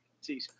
See